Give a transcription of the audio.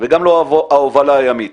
וגם לא ההובלה הימית.